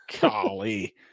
Golly